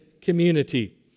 community